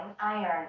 iron